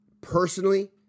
personally